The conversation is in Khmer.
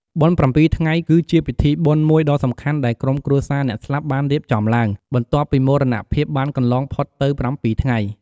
បុណ្យប្រាំពីរថ្ងៃ គឺជាពិធីបុណ្យមួយដ៏សំខាន់ដែលក្រុមគ្រួសារអ្នកស្លាប់បានរៀបចំឡើង បន្ទាប់ពីមរណភាពបានកន្លងផុតទៅ ៧ថ្ងៃ។